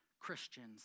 Christians